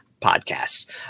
podcasts